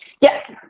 Yes